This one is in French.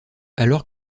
alors